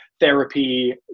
therapy